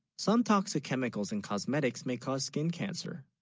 some toxic chemicals and cosmetics, may cause skin cancer